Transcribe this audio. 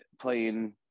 playing